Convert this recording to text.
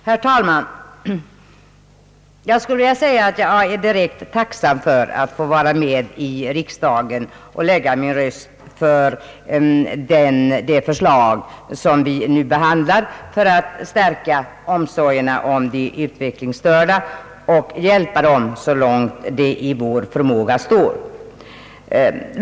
Herr talman! Jag skulle vilja påstå att jag är direkt tacksam för att få vara med i riksdagen och lägga min röst för det förslag som vi nu behandlar för att stärka omsorgerna om de utvecklingsstörda och hjälpa dem så långt det i vår förmåga står.